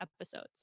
episodes